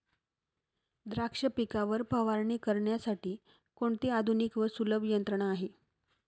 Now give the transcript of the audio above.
द्राक्ष पिकावर फवारणी करण्यासाठी कोणती आधुनिक व सुलभ यंत्रणा आहे?